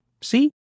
See